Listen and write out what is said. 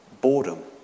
boredom